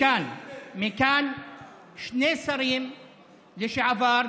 מכאן שני שרים לשעבר,